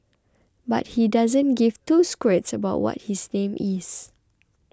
but he doesn't give two squirts about what his name is